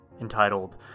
entitled